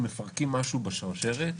זה מפרקים משהו בשרשרת.